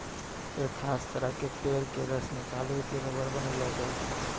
एक खास तरह के पेड़ के रस निकालिकॅ रबर बनैलो जाय छै